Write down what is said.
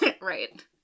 right